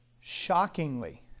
Shockingly